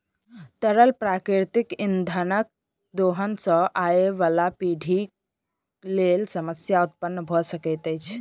तरल प्राकृतिक इंधनक दोहन सॅ आबयबाला पीढ़ीक लेल समस्या उत्पन्न भ सकैत अछि